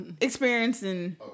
Experiencing